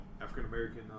African-American